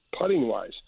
putting-wise